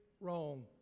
wrong